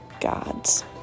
God's